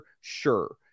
Sure